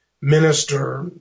minister